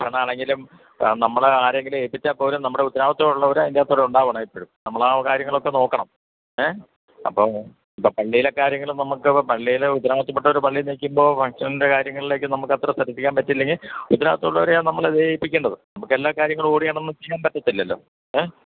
അങ്ങനെയാണെങ്കിലും നമ്മുടെ ആരെയെങ്കിലും ഏപ്പിച്ചാല്പ്പോരാ നമ്മുടെ ഉത്തരവാദിത്ത മുള്ളവര് അതിന്റെ അകത്തുകൂടെ ഉണ്ടാവണം എപ്പോഴും നമ്മളാവക കാര്യങ്ങളൊക്കെ നോക്കണം ഏ അപ്പോള് ഇപ്പോള് പള്ളിയിലെ കാര്യങ്ങളും നമുക്കിപ്പോള് പള്ളിയില് ഉത്തരവാദിത്തപ്പെട്ടവര് പള്ളിയില് നില്ക്കുമ്പോള് ഫങ്ക്ഷൻ്റെ കാര്യങ്ങളിലേക്കു നമുക്കത്ര ശ്രദ്ധിക്കാൻ പറ്റിയില്ലെങ്കില് ഉത്തരവാദിത്തമുള്ളവരെയാണു നമ്മളത് ഏല്പ്പിക്കേണ്ടത് നമുക്കെല്ലാ കാര്യങ്ങളും ഓടിനടന്നു ചെയ്യാൻ പറ്റത്തില്ലല്ലോ ഏ